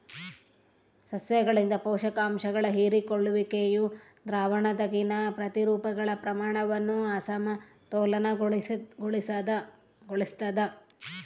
ಸಸ್ಯಗಳಿಂದ ಪೋಷಕಾಂಶಗಳ ಹೀರಿಕೊಳ್ಳುವಿಕೆಯು ದ್ರಾವಣದಾಗಿನ ಪ್ರತಿರೂಪಗಳ ಪ್ರಮಾಣವನ್ನು ಅಸಮತೋಲನಗೊಳಿಸ್ತದ